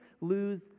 lose